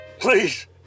Please